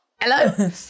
Hello